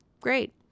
Great